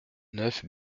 neuf